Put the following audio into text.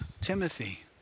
Timothy